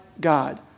God